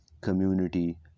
community